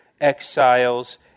exiles